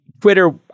Twitter